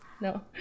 No